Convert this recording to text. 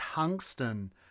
Tungsten